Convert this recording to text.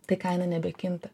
tai kaina nebekinta